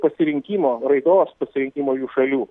pasirinkimo raidos pasirinkimo jų šalių